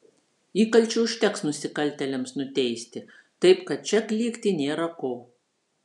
įkalčių užteks nusikaltėliams nuteisti taip kad čia klykti nėra ko